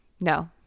No